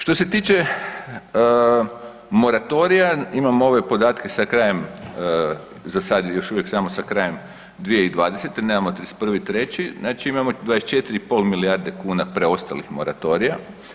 Što se tiče moratorija, imamo ove podatke sa krajem, za sad je još uvijek samo sa krajem 2020., nemao 31.3., znači imamo 24,5 milijarde kuna preostalih moratorija.